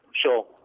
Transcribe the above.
Sure